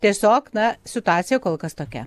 tiesiog na situacija kol kas tokia